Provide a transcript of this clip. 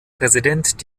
präsident